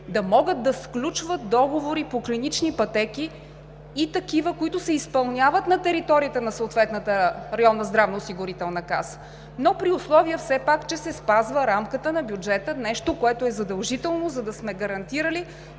да могат да сключват договори по клинични пътеки и такива, които се изпълняват на територията на съответната районна здравноосигурителна каса, но все пак, при условие че се спазва рамката на бюджета – нещо, което е задължително, за да сме гарантирали,